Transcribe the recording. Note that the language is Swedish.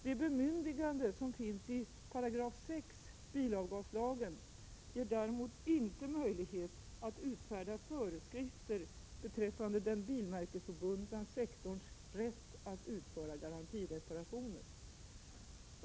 Det bemyndigande som finns i 6 § bilavgaslagen ger däremot inte möjlighet att utfärda föreskrifter beträffande den bilmärkesobundna sektorns rätt att utföra garantireparationer.